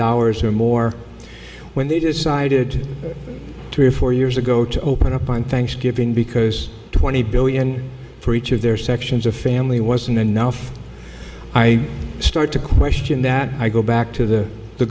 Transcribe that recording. dollars or more when they decided to or four years ago to open up on thanksgiving because twenty billion for each of their sections of family wasn't enough i start to question that i go back to the